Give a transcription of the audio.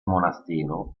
monastero